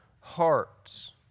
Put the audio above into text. hearts